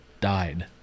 died